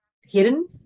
hidden